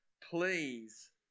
please